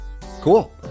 Cool